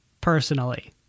personally